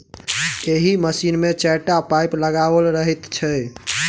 एहि मशीन मे चारिटा पाइप लगाओल रहैत छै